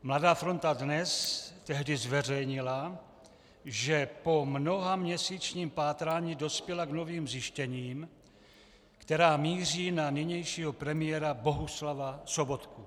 Mladá fronta Dnes tehdy zveřejnila, že po mnohaměsíčním pátrání dospěla k novým zjištěním, která míří na nynějšího premiéra Bohuslava Sobotku.